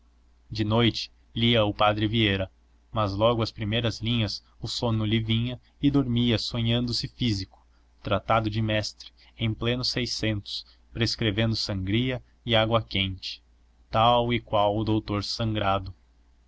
de noite lia o padre vieira mas logo às primeiras linhas o sono lhe vinha e dormia sonhando se físico tratado de mestre em pleno seiscentos prescrevendo sangria e água quente tal e qual o doutor sangrado